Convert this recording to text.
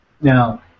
now